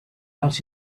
out